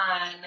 on